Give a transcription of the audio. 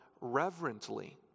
reverently